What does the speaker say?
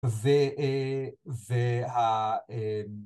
זה, אה, זה, אה, אה.